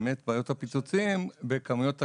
באמת בעיות הפיצוצים בכמויות הגז,